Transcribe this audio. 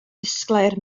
disglair